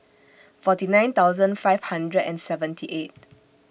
forty nine thousand five hundred and seventy eight